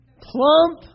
plump